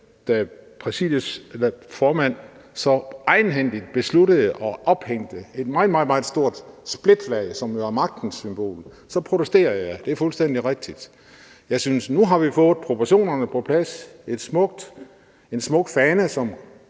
da Præsidiets formand så egenhændigt besluttede at ophænge det – et meget, meget stort splitflag, som jo er magtens symbol – så protesterede jeg. Det er fuldstændig rigtigt. Jeg synes, at nu har vi fået proportionerne på plads med en smuk fane,